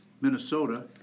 Minnesota